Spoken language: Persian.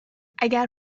اگه